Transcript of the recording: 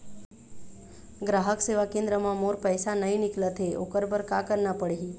ग्राहक सेवा केंद्र म मोर पैसा नई निकलत हे, ओकर बर का करना पढ़हि?